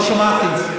לא שמעתי.